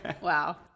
wow